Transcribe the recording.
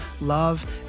love